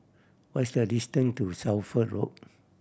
what is the distance to Suffolk Road